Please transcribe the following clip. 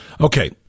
Okay